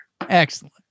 Excellent